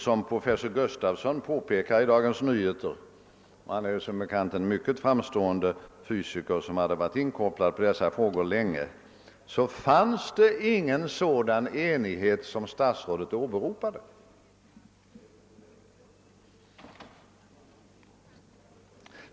Som professor Gustafson påpekar i Dagens Nyheter den 10 april 1968 — han är som bekant en mycket framstående fysiker som länge har varit inkopplad på dessa frågor — fanns det ingen sådan enighet som statsrådet åberopar.